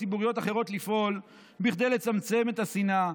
ציבוריות אחרות לפעול כדי לצמצם את השנאה,